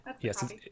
yes